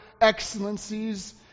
excellencies